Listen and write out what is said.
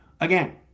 Again